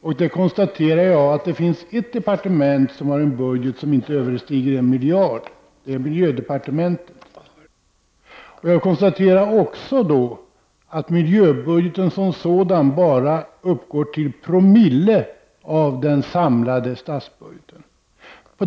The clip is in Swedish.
Jag konstaterade att det finns ett departement som har en budget som inte överstiger en miljard. Det är miljödepartementet. Jag konstaterade också att miljöbudgeten som sådan bara uppgår till 1960 av den samlade statsbudgeten.